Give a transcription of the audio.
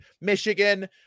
michigan